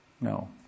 No